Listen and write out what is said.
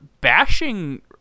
bashing